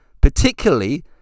particularly